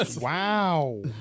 Wow